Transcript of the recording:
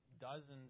dozens